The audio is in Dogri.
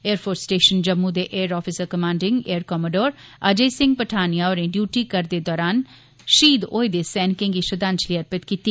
एयरफोर्स स्टेशन जम्मू दे air officer commanding air commander Ajay Singh Pathania होरें ड्यूटी करदे दरान शहीद होए दे सैनिकें गी श्रद्दांजलि अर्पित कीती